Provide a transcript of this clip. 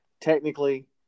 technically